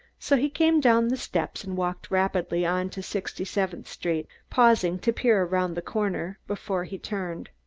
so he came down the steps and walked rapidly on to sixty-seventh street, pausing to peer around the corner before he turned.